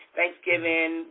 Thanksgiving